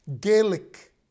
Gaelic